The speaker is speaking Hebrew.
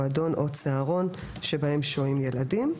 מועדון או צהרון שבהם שוהים ילדים.